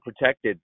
protected